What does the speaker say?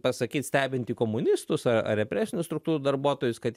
pasakyt stebintį komunistus ar represinių struktūrų darbuotojus kad